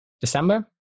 december